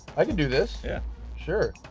i can do this. yeah sure.